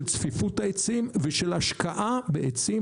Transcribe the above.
של צפיפות העצים ושל השקעה בעצים.